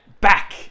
back